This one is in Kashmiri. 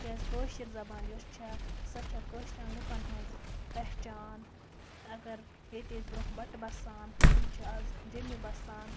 تِکیٛازِ کٲشِر زَبان یۄس چھِ سۄ چھِ کٲشریٚن لوٗکَن ہنٛز پہچان تہٕ اگر ییٚتہِ ٲسۍ برٛونٛہہ بَٹہٕ بَسان تِم چھِ آز جوٚمہِ بَسان